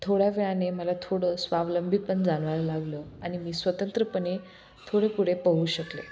थोड्या वेळाने मला थोडं स्वावलंबीपण जाणवायला लागलं आनि मी स्वतंत्रपणे थोडे पुढे पोहू शकले